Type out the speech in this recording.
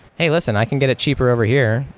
hey, listen. i can get it cheaper over here.